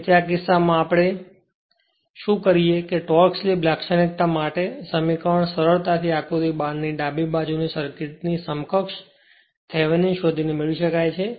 તેથી આ કિસ્સામાં આપણે શું કરીએ છીએ કે ટોર્ક સ્લિપ લાક્ષણિકતા માટેનું સમીકરણ સરળતાથી આકૃતિ 12 ની ડાબી બાજુ સર્કિટની સમકક્ષ થિવેનિન શોધીને મેળવી શકાય છે